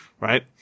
right